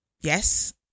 yes